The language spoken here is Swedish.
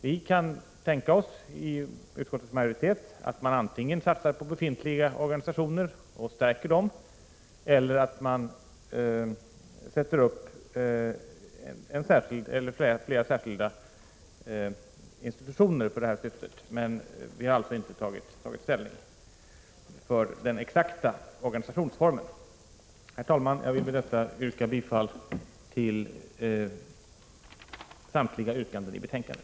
Vi som tillhör utskottsmajoriteten kan tänka oss att man antingen satsar på befintliga organisationer och stärker dem eller inrättar flera särskilda institutioner. Men vi har inte tagit ställning till den exakta organisationsformen. Herr talman! Jag vill med detta yrka bifall till samtliga yrkanden i betänkandet.